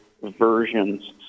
versions